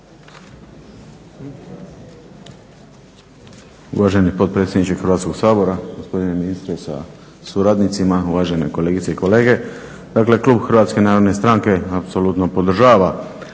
Uvaženi potpredsjedniče Hrvatskog sabora, gospodine ministre sa suradnicima, uvažene kolegice i kolege. Dakle, klub HNS-a apsolutno podržava